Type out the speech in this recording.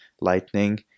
lightning